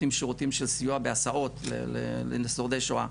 הם נותנים שירותים של סיוע בהסעות לשורדי שואה,